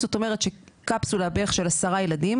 זאת אומרת שקפסולה בערך של 10 ילדים,